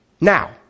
Now